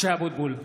(קורא בשמות חברי הכנסת) משה אבוטבול,